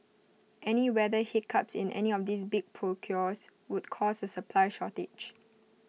any weather hiccups in any of these big procures would cause A supply shortage